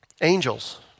angels